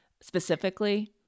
specifically